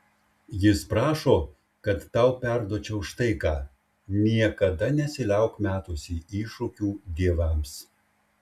jis prašo kad tau perduočiau štai ką niekada nesiliauk metusi iššūkių dievams